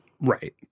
right